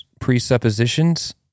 presuppositions